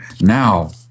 Now